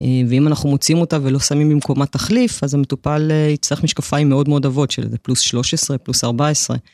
ואם אנחנו מוצאים אותה ולא שמים במקומה תחליף, אז המטופל יצטרך משקפיים מאוד מאוד עבות, של פלוס 13, פלוס 14.